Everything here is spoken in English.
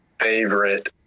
favorite